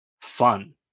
fun